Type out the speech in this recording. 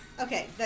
Okay